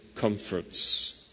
comforts